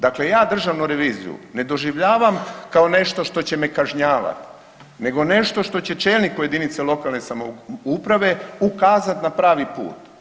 Dakle, ja Državnu reviziju ne doživljavam kao nešto što će me kažnjavati, nego nešto što će čelniku jedinice lokalne samouprave ukazati na pravi put.